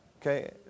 okay